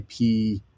ip